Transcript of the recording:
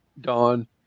Dawn